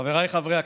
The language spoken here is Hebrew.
חבריי חברי הכנסת,